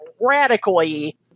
radically